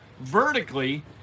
vertically